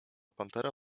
pantera